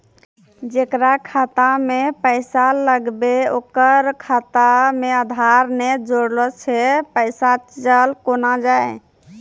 जेकरा खाता मैं पैसा लगेबे ओकर खाता मे आधार ने जोड़लऽ छै पैसा चल कोना जाए?